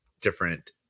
different